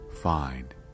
find